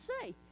say